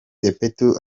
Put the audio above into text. sepetu